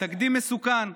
תקדים מסוכן.